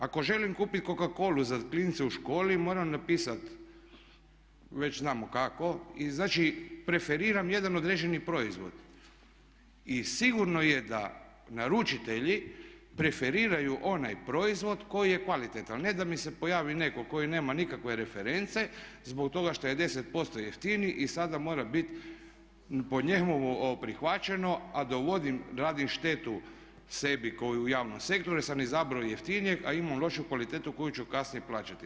Ako želim kupit coca colu za klince u školi moram napisati već znamo kako i znači preferiram jedan određeni proizvod, i sigurno je da naručitelji preferiraju onaj proizvod koji je kvalitetan, a ne da mi se pojavi neko koji nema nikakve reference zbog toga što je 10% jeftiniji i sada mora bit po njemu ovo prihvaćeno a dovodim, radim štetu sebi kao i u javnom sektoru jer sam izabrao jeftinijeg a imamo lošiju kvalitetu koju ću kasnije plaćati.